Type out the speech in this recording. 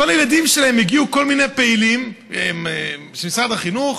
לכל הילדים שלהם הגיעו כל מיני פעילים של משרד החינוך,